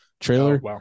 trailer